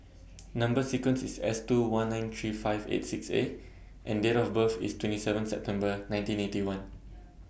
Number sequence IS S two one nine three five eight six A and Date of birth IS twenty seven September nineteen Eighty One